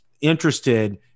interested